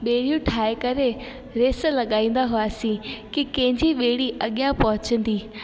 बेड़ियूं ठाहे करे रेस लॻाईंदा हुआसीं की कंहिंजी बेड़ी अॻियां पहुचंदी